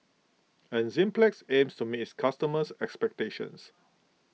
Enzyplex aims to meet its customers' expectations